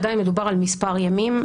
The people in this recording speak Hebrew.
עדיין מדובר על מספר ימים.